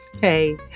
Hey